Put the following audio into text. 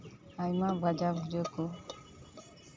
ᱟᱭᱢᱟ ᱵᱷᱟᱡᱟ ᱵᱷᱩᱡᱤ ᱠᱚ